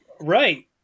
right